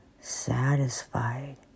satisfied